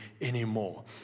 anymore